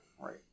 Right